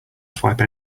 swipe